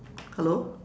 hello